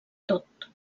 tot